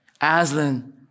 Aslan